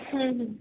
হুম হুম